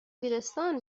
دبیرستان